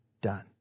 done